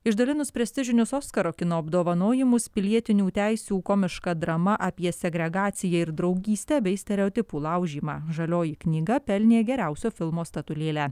išdalinus prestižinius oskaro kino apdovanojimus pilietinių teisių komiška drama apie segregaciją ir draugystę bei stereotipų laužymą žalioji knyga pelnė geriausio filmo statulėlę